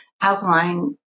alkaline